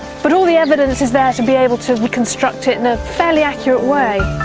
but all the evidence is there to be able to reconstruct it in a fairly accurate way.